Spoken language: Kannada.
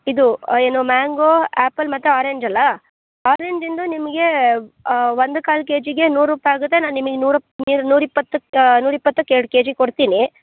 ಇದು ಏನು ಮ್ಯಾಂಗೋ ಆ್ಯಪಲ್ ಮತ್ತು ಆರೇಂಜ್ ಅಲ್ವ ಆರೇಂಜಿಂದು ನಿಮಗೆ ಒಂದು ಕಾಲು ಕೆಜಿಗೆ ನೂರು ರೂಪಾಯಿ ಆಗುತ್ತೆ ನಾ ನಿಮಗ್ ನೂರು ನೂರ ಇಪ್ಪತ್ತು ನೂರ ಇಪ್ಪತ್ತಕ್ಕೆ ಎರಡು ಕೆಜಿ ಕೊಡ್ತೀನಿ